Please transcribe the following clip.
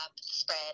spread